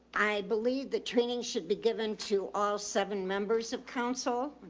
i believe that training should be given to all seven members of council,